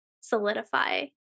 solidify